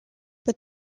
but